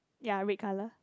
ya red colour